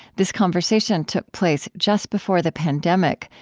this conversation took place just before the pandemic,